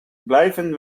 blijven